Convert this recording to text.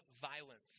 violence